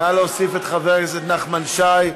נא להוסיף את חבר הכנסת נחמן שי,